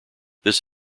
this